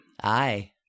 Aye